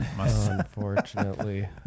unfortunately